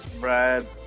Brad